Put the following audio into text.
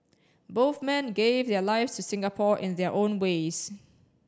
both men gave their lives to Singapore in their own ways